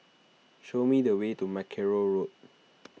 show me the way to Mackerrow Road